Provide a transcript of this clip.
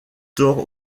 tort